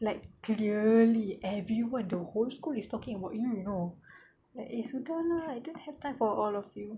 like clearly everyone the whole school is talking about you you know like eh sudah lah I don't have time for all of you